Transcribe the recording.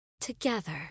together